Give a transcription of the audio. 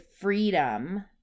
freedom